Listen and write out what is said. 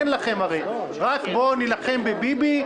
רק "בואו נילחם בביבי",